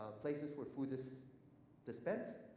places where food is dispensed,